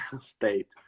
state